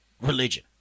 religion